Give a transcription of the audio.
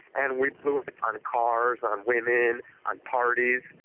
and we blew it on cars, on women, on parties,